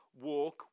walk